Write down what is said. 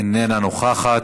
איננה נוכחת.